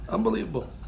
Unbelievable